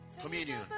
Communion